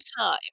time